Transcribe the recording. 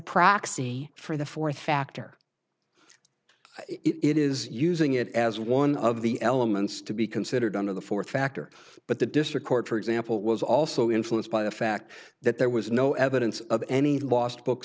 proxy for the fourth factor it is using it as one of the elements to be considered under the fourth factor but the district court for example was also influenced by the fact that there was no evidence of any lost book